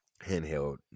handheld